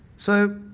so